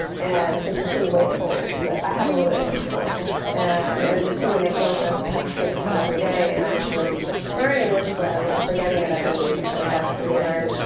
and since it seemed wasteful that i had a little english school and and it just seemed to make more sense to have kids come everyday and actually learn english, rather than forgetting it every week and coming back to relearn,